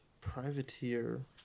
privateer